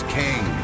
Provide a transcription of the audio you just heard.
king